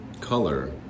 color